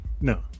no